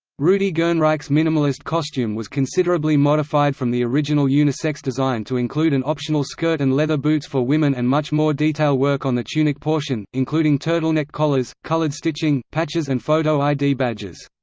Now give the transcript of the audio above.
rudi gernreich's minimalist costume was considerably modified from the original unisex design to include an optional skirt and leather boots for women and much more detail work on the tunic portion, including turtleneck collars, coloured stitching, patches and photo id badges.